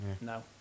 No